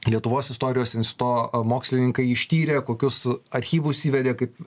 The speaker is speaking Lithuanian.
lietuvos istorijos instituto mokslininkai ištyrė kokius archyvus įvedė kaip